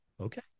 okay